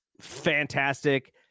fantastic